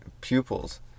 pupils